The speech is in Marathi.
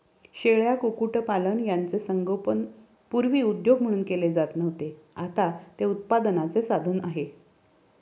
शेळ्या, कुक्कुटपालन यांचे संगोपन पूर्वी उद्योग म्हणून केले जात नव्हते, आता ते उत्पन्नाचे साधन आहे